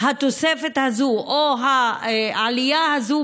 התוספת הזאת או העלייה הזאת